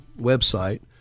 website